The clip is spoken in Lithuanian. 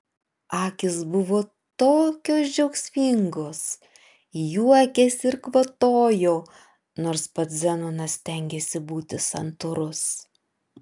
akys buvo tokios džiaugsmingos juokėsi ir kvatojo nors pats zenonas stengėsi būti santūrus